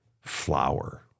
flower